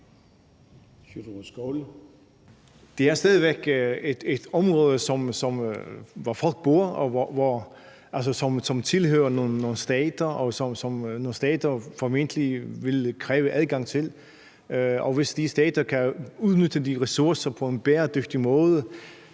Det er stadig væk et område, hvor folk bor, og som tilhører nogle stater, og som nogle stater formentlig vil kræve adgang til. Og hvis de stater kan udnytte de ressourcer på en bæredygtig måde,